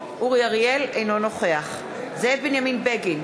אינו נוכח זאב בנימין בגין,